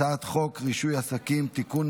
הצעת חוק רישוי עסקים (תיקון,